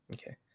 Okay